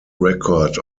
record